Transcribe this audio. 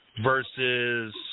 versus